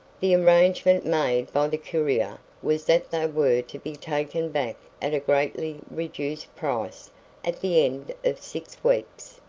the arrangement made by the courier was that they were to be taken back at a greatly reduced price at the end of six weeks.